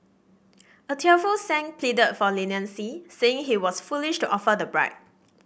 a tearful Sang pleaded for leniency saying he was foolish to offer the bribe